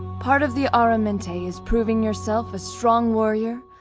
part of the aramente is proving yourself a strong warrior,